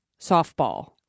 softball